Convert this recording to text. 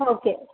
okay